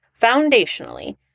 Foundationally